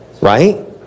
right